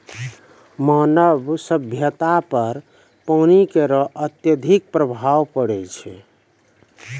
मानव सभ्यता पर पानी केरो अत्यधिक प्रभाव पड़ै छै